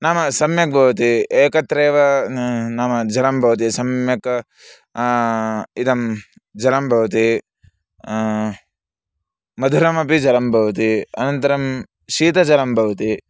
नाम सम्यक् भवति एकत्रैव नाम जलं भवति सम्यक् इदं जलं भवति मधुरमपि जलं भवति अनन्तरं शीतजलं भवति